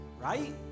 Right